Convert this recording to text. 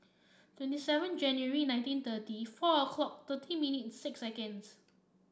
twenty seven January nineteen thirty four o'clock thirty minute six seconds